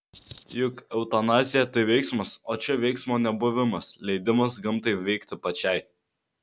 juk eutanazija tai veiksmas o čia veiksmo nebuvimas leidimas gamtai veikti pačiai